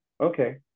Okay